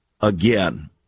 again